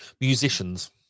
musicians